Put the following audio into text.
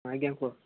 ଆଜ୍ଞା କୁହ